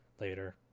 later